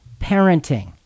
parenting